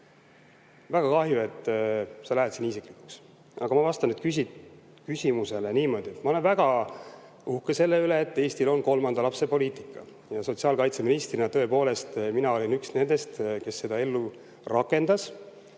Väga kahju, et sa lähed siin isiklikuks. Aga ma vastan küsimusele niimoodi, et ma olen väga uhke selle üle, et Eestil on kolmanda lapse poliitika. Sotsiaalkaitseministrina tõepoolest mina olin üks nendest, kes seda ellu rakendas.